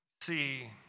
See